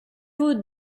vaut